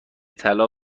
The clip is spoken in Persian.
طلا